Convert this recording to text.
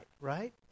right